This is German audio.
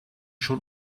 schon